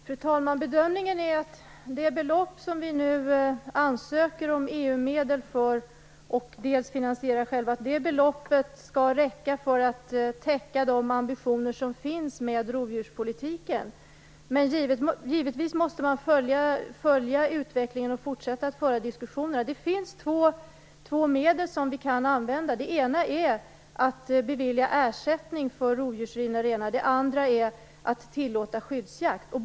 Fru talman! Bedömningen är att det belopp som Sverige nu dels ansöker om EU-medel för, dels finansierar självt, skall räcka för att täcka de ambitioner som finns inom rovdjurspolitiken. Givetvis måste man följa utvecklingen och fortsätta att föra diskussioner. Det finns två medel som vi kan använda. Det ena är att bevilja ersättning för rovdjursrivna renar. Det andra är att tillåta skyddsjakt.